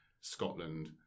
Scotland